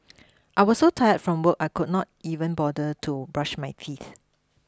I was so tired from work I could not even bother to brush my teeth